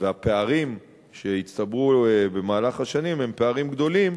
והפערים שהצטברו במהלך השנים הם גדולים,